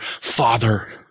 father